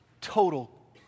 total